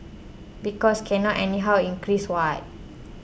because can not anyhow increase what